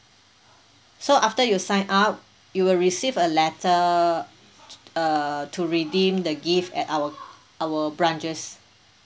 so after you sign up you will receive a letter uh to redeem the gift at our our branches